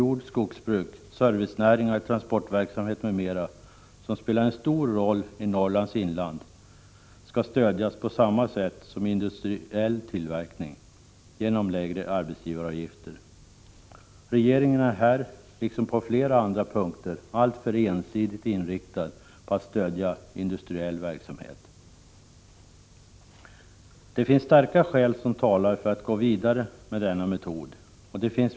jordoch skogsbruk, servicenäringar och transportverksamhet, som spelar en stor roll i Norrlands inland, skall stödjas på samma sätt som industriell tillverkning, genom lägre arbetsgivaravgifter. Regeringen är här liksom på flera andra punkter alltför ensidigt inriktad på att stödja industriell verksamhet. Det finns starka skäl som talar för att gå vidare med denna metod.